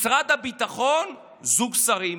משרד הביטחון, זוג שרים,